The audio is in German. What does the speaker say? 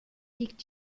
liegt